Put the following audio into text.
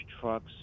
trucks